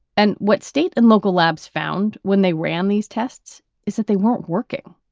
and what state and local labs found when they ran these tests is that they weren't working.